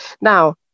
Now